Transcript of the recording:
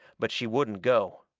but she wouldn't go.